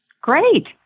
Great